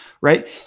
right